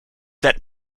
that